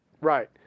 Right